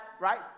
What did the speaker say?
right